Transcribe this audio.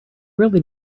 really